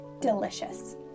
delicious